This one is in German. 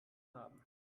haben